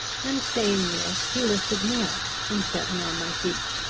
and, saying this, he lifted me up, and set me on my feet.